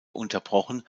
unterbrochen